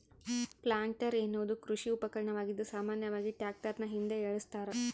planter ಎನ್ನುವುದು ಕೃಷಿ ಉಪಕರಣವಾಗಿದ್ದು ಸಾಮಾನ್ಯವಾಗಿ ಟ್ರಾಕ್ಟರ್ನ ಹಿಂದೆ ಏಳಸ್ತರ